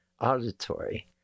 auditory